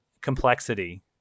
Complexity